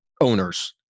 owners